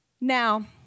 Now